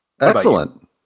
Excellent